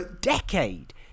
decade